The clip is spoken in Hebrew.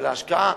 על ההשקעה,